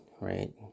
right